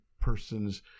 person's